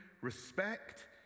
respect